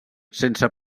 sense